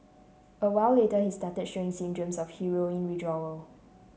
a while later he started showing symptoms of heroin withdrawal